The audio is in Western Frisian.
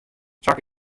sakke